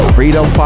Freedom